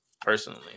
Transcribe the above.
Personally